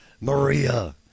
Maria